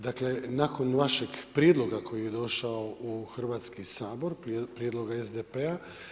Dakle, nakon vašeg prijedloga koji je došao u Hrvatski sabor, na prijedlog SDP-a.